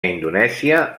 indonèsia